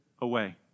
away